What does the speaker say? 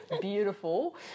beautiful